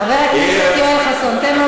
חבר הכנסת יואל חסון, תן לו